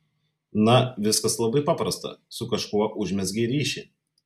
na viskas labai paprasta su kažkuo užmezgei ryšį